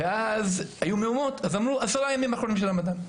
ואז היו מהומות אז הרחיבו את זה לעשרת הימים האחרונים של הרמדאן.